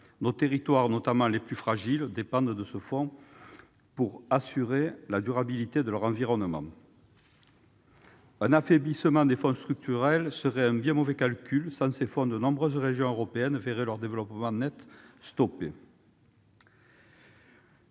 Nos territoires, notamment les plus fragiles, dépendent de ces fonds pour assurer la durabilité de leur environnement. Un affaiblissement des fonds structurels serait un bien mauvais calcul ; sans ces fonds, de nombreuses régions européennes verraient leur développement arrêté net.